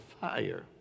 fire